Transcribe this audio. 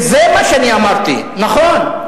וזה מה שאני אמרתי, נכון.